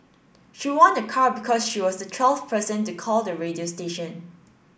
she won a car because she was the twelfth person to call the radio station